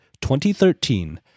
2013